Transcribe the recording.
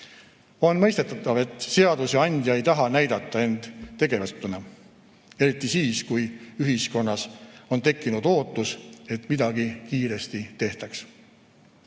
On mõistetav, et seadusandja ei taha näidata end tegevusetuna – eriti siis, kui ühiskonnas on tekkinud ootus, et midagi kiiresti tehtaks.